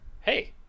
hey